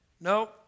No